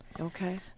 Okay